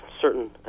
certain